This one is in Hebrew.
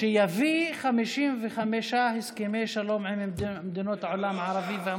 שיביא 55 הסכמי שלום עם מדינות העולם הערבי והמוסלמי.